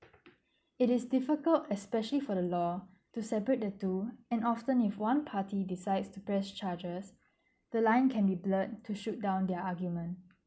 it is difficult especially for the law to separate the two and often if one party decides to press chargers the line can be blood to shoot down their argument